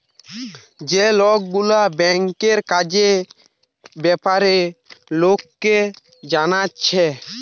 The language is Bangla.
যে লোকগুলা ব্যাংকের কাজের বেপারে লোককে জানাচ্ছে